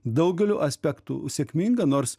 daugeliu aspektų sėkminga nors